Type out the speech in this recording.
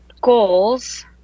goals